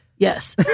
Yes